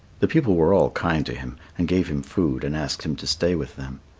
the people were all kind to him and gave him food and asked him to stay with them.